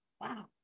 wow